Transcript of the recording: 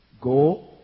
Go